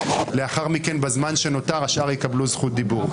לאחר מכן בזמן שנותר השאר יקבלו זכות דיבור.